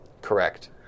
Correct